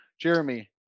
Jeremy